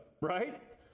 right